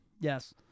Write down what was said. yes